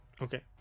Okay